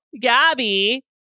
Gabby